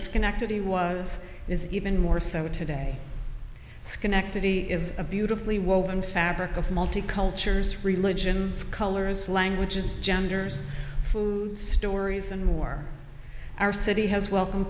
schenectady was is even more so today schenectady is a beautifully woven fabric of multi cultures religions colors languages genders stories and more our city has welcomed